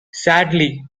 sadly